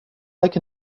like